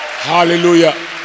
Hallelujah